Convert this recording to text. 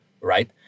right